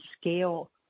scale